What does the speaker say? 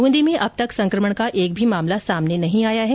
बूंदी में अब तक संक्रमण का एक भी मामला सामने नहीं आया है